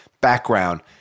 background